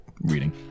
reading